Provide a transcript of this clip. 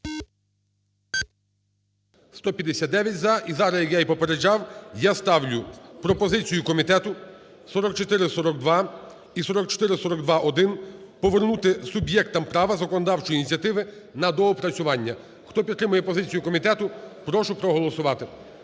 За-159 І зараз, як я попереджав, я ставлю пропозицію комітету 4442 і 4442-1 повернути суб'єктам права законодавчої ініціативи на доопрацювання. Хто підтримує позицію комітету, прошу проголосувати.